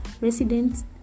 residents